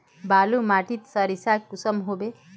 बालू माटित सारीसा कुंसम होबे?